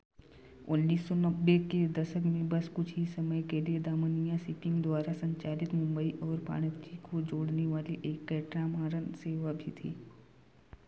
उन्नीस सौ नब्बे के दशक में बस कुछ ही समय के लिए दामनिया सिपिंग द्वारा संचालित मुंबई और पणजी को जोड़ने वाली एक कैटामारन सेवा भी थी